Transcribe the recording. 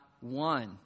one